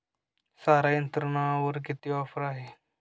सारा यंत्रावर किती ऑफर आहे?